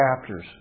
chapters